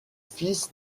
fils